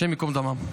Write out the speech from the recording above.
השם ייקום דמם.